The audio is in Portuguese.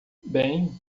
bem